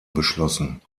beschlossen